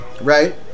Right